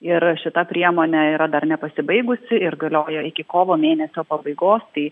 ir šita priemonė yra dar nepasibaigusi ir galioja iki kovo mėnesio pabaigos